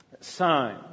sign